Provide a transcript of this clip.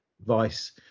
advice